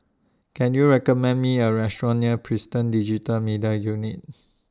Can YOU recommend Me A Restaurant near Prison Digital Media Unit